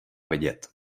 vidět